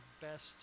best